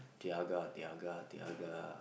Tiaga Tiaga Tiaga